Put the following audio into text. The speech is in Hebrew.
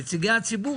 נציגי הציבור,